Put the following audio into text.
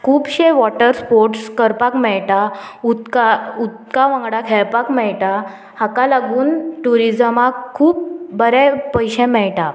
खुबशे water sports करपाक मेळटा उदका उदका वांगडा खेळपाक मेळटा हाका लागून ट्युरिजमाक खूब बरें पयशे मेळटा